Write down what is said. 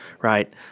right